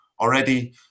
already